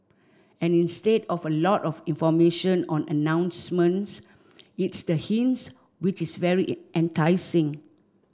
and instead of a lot of information on announcements it's the hints which is very enticing